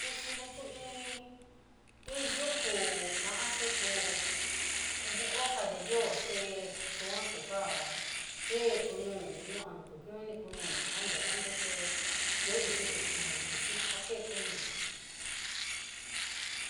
Kuxhi nre kú iin- iin yukú kan xhikó uj hojá de dios té xuan kú njan ké kunundú no'a kutiondé kuninondó ja né andoté iihó yukú kuii kuchí já ke kunondó.